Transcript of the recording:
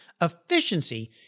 efficiency